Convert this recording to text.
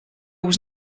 was